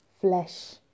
flesh